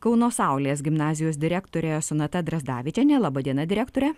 kauno saulės gimnazijos direktore sonata drąsutavičienė laba diena direktore